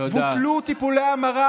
בוטלו טיפולי המרה